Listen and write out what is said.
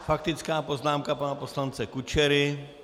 Faktická poznámka pana poslance Kučery.